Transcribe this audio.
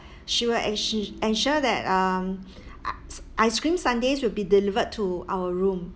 she will ensu~ ensure that um ic~ ice cream sundaes will be delivered to our room